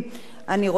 אני רוצה להודות,